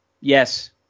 Yes